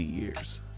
years